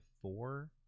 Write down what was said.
four